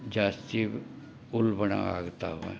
ಜಾಸ್ತಿ ಉಲ್ಬಣ ಆಗ್ತಾವೆ